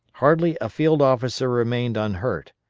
hardly a field officer remained unhurt.